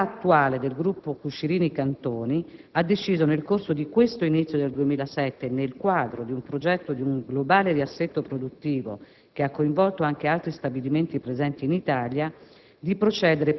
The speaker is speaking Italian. La proprietà attuale del gruppo Cucirini Cantoni ha deciso nel corso di questo inizio del 2007 e nel quadro di un progetto di un globale riassetto produttivo che ha coinvolto anche altri stabilimenti presenti in Italia,